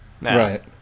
Right